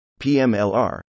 PMLR